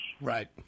Right